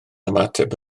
ymateb